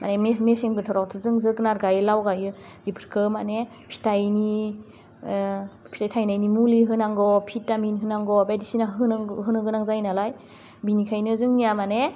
माने मेसें बोथोरावथ' जों जोगोनार गाइयो लाव गायो बेफोरखौ माने फिथाइनि फिथाइ थाइनायनि मुलि होनांगौ भिटामिन होनांगौ बायदिसिना होनांगौ होनो गोनां जायो नालाय बिनिखायनो जोंनिया माने